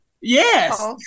Yes